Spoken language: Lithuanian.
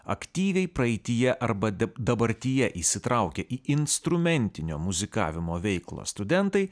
aktyviai praeityje arba dab dabartyje įsitraukę į instrumentinio muzikavimo veiklą studentai